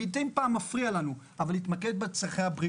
הוא מדי פעם מפריע לנו, אבל להתמקד בבריאות.